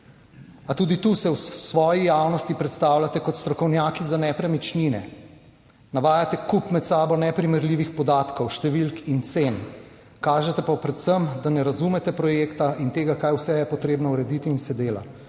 A tudi tu se v svoji javnosti predstavljate kot strokovnjaki za nepremičnine. Navajate kup med sabo neprimerljivih podatkov, številk in cen, kažete pa predvsem, da ne razumete projekta in tega, kaj vse je potrebno urediti in se dela